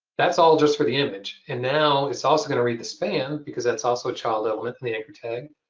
that's all just for the image. and now, it's also going to read the span because that's also a child element in the anchor tag.